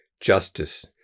justice